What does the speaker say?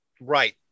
Right